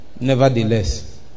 Nevertheless